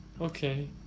okay